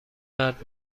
مرد